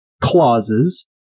Clauses